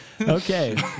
Okay